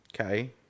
Okay